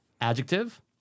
Adjective